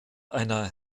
einer